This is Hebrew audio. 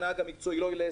רישיון הנהג המקצועי יהיה,